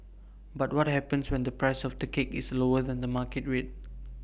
but what happens when the price of the cake is lower than the market rate